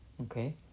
Okay